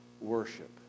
worship